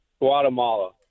Guatemala